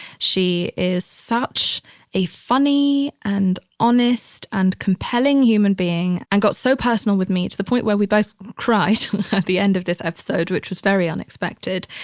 she is such a funny and honest and compelling human being and got so personal with me to the point where we both cried at the end of this episode, which was very unexpected.